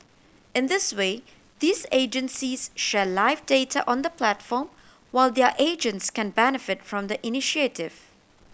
in this way these agencies share live data on the platform while their agents can benefit from the initiative